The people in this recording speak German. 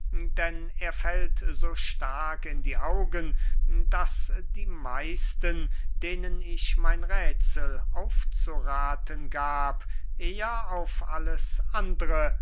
denn er fällt so stark in die augen daß die meisten denen ich mein räthsel aufzurathen gab eher auf alles andere